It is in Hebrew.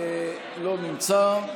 לא נמצא.